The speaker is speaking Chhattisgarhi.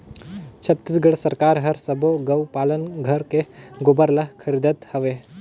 छत्तीसगढ़ सरकार हर सबो गउ पालन घर के गोबर ल खरीदत हवे